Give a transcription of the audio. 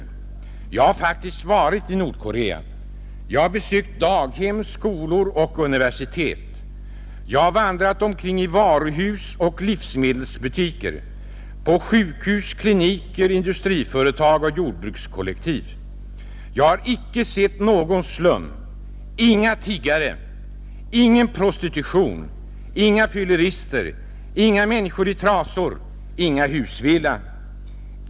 Jag har faktiskt varit i Nordkorea. Jag har besökt daghem, skolor och universitet, jag har vandrat omkring i varuhus och livsmedelsbutiker, på sjukhus, kliniker, industriföretag och jordbrukskollektiv. Jag har inte sett någon slum, inga tiggare, ingen prostitution, inga fyllerister, inga människor i trasor, inga husvilla.